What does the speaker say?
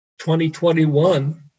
2021